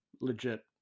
legit